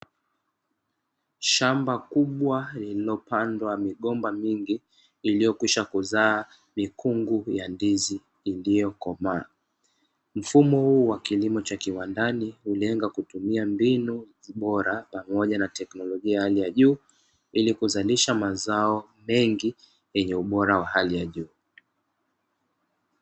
Shamba kubwa lililopandwa migomba mingi, lililokwisha kuzaa mikungu ya ndizi iliyokomaa. Mfumo huu wa kilimo cha kiwandani hulenga kutumia mbinu bora, pamoja na teknolojia ya hali ya juu ili kuzalisha mazao mengi yenye ubora wa hali ya juu.